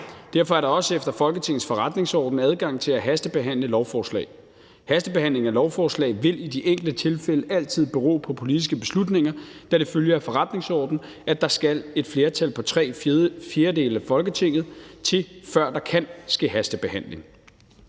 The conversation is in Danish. Derfor er der også efter Folketingets forretningsorden adgang til at hastebehandle lovforslag. Hastebehandling af lovforslag vil i de enkelte tilfælde altid bero på politiske beslutninger, da det følger af forretningsordenen, at der skal et flertal på tre fjerdedele af Folketinget til, før der kan ske hastebehandling.